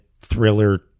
thriller